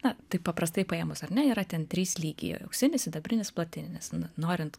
na taip paprastai paėmus ar ne yra ten trys lygiai auksinis sidabrinis platininis norint